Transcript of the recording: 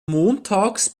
montags